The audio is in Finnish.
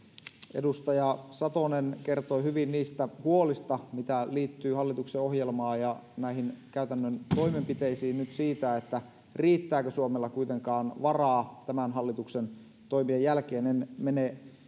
edustaja satonen kertoi hyvin niistä huolista mitä liittyy hallituksen ohjelmaan ja näihin käytännön toimenpiteisiin nyt sen suhteen riittääkö suomella kuitenkaan varaa tämän hallituksen toimien jälkeen en mene